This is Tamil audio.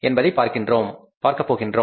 என்பதை பார்க்கப்போகிறோம்